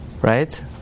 Right